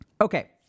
Okay